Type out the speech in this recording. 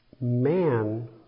Man